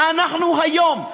אנחנו היום,